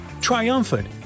Triumphant